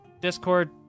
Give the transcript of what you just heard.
Discord